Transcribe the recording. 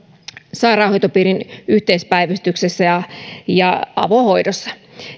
sairaanhoitopiirin yhteispäivystyksessä ja ja avohoidossa